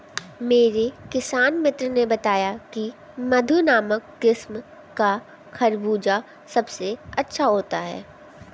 मेरे किसान मित्र ने बताया की मधु नामक किस्म का खरबूजा सबसे अच्छा होता है